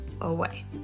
away